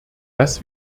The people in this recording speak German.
dass